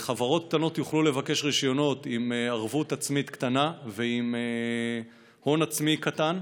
חברות קטנות יוכלו לבקש רישיונות עם ערבות עצמית קטנה ועם הון עצמי קטן,